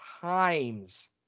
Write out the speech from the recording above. times